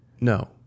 No